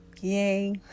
Yay